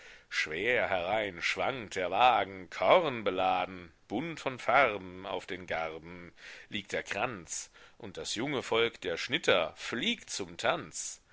schwer herein schwankt der wagen kornbeladen bunt von farben auf den garben liegt der kranz und das junge volk der schnitter fliegt zum tanz